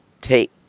take